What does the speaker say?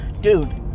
Dude